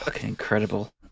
Incredible